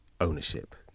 ownership